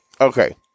Okay